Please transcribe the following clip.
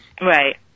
Right